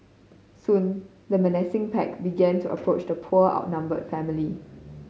soon the menacing pack began to approach the poor outnumber family